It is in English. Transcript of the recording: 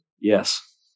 Yes